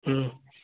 ಹ್ಞೂ